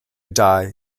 die